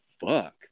fuck